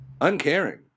uncaring